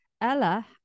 Ella